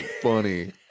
funny